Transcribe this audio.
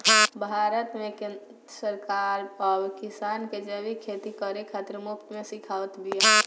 भारत में केंद्र सरकार अब किसान के जैविक खेती करे खातिर मुफ्त में सिखावत बिया